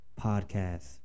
podcast